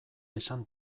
esan